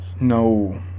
No